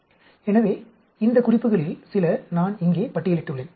எனவே இந்த குறிப்புகளில் சில நான் இங்கே பட்டியலிட்டுள்ளேன்